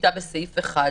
השפיטה בסעיף 1,